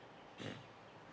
mm